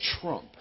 trump